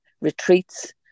retreats